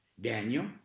Daniel